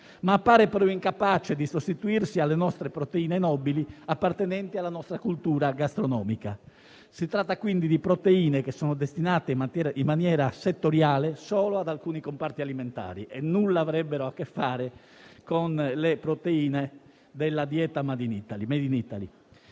ma appare incapace di sostituirsi alle proteine nobili appartenenti alla nostra cultura gastronomica. Si tratta quindi di proteine destinate in maniera settoriale solo ad alcuni comparti alimentari e nulla avrebbero a che fare con le proteine della dieta *made in Italy*.